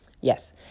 Yes